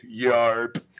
yarp